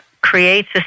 creates